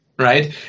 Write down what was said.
Right